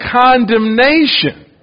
condemnation